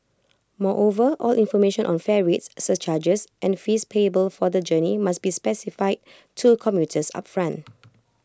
moreover all information on fare rates surcharges and fees payable for the journey must be specified to commuters upfront